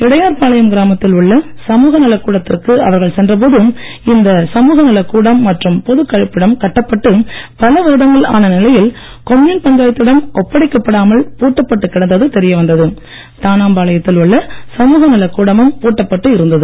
இடையார்பாளையம் கிராமத்தில் உள்ள சமூகநலக் கூடத்திற்கு அவர்கள் சென்றபோது இந்த சமுகநலக் கூடம் மற்றும் பொதுக் கழிப்பிடம் கட்டப்பட்டு பல வருடங்கள் ஆன நிலையில் கொம்யூன் பஞ்சாயத்திடம் ஒப்படைக்கப்படாமல் தானாம்பாளையத்தில் உள்ள சமூகநல கூடமும் பூட்டப்பட்டு இருந்தது